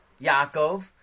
Yaakov